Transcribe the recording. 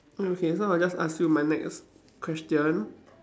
oh okay so I just ask you my next question